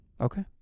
Okay